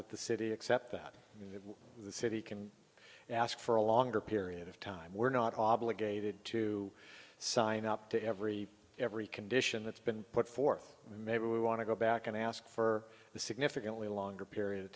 that the city accept that if the city can ask for a longer period of time we're not obligated to sign up to every every condition that's been put forth maybe we want to go back and ask for the significantly longer period of